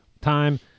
time